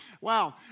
wow